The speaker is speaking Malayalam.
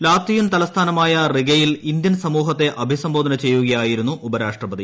ലാത്പിയൻ തലസ്ഥാനമായ റിഗയിൽ ഇന്ത്യൻ സമൂഹത്തെ അഭിസംബോധന ചെയ്യുകയായിരുന്നു ഉപരാഷ്ട്രപതി